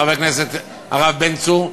חבר הכנסת הרב בן צור,